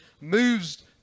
moves